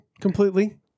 completely